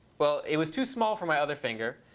well, it was too small for my other finger.